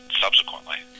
subsequently